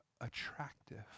attractive